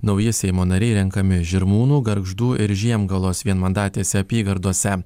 nauji seimo nariai renkami žirmūnų gargždų ir žiemgalos vienmandatėse apygardose